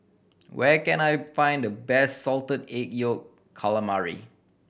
where can I find the best Salted Egg Yolk Calamari